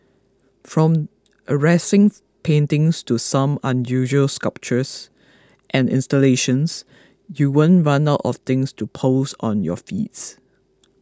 from arresting paintings to some unusual sculptures and installations you won't run out of things to post on your feeds